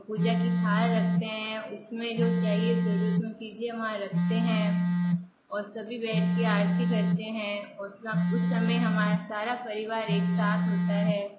पूजा की थाल रखते हैं उसमें जो चाहिए ज़रूरत की चीज़ें वहाँ रखते हैं और सभी बैठ के आरती करते हैं और उस उस समय हमारा सारा परिवार एक साथ होता है